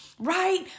right